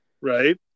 right